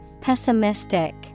Pessimistic